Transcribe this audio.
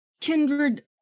kindred